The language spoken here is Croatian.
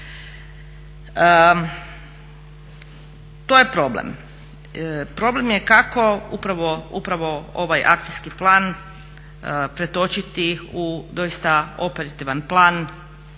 To je problem. Problem je kako upravo ovaj akcijski plan pretočiti u doista operativan plan